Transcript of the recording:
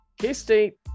K-State